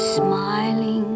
smiling